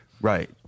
Right